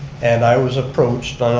and i was approached,